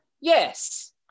yes